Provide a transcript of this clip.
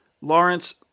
Lawrence